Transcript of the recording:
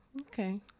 Okay